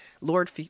Lord